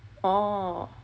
orh